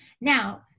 Now